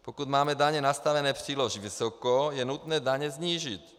Pokud máme daně nastaveny příliš vysoko, je nutné daně snížit.